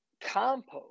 compost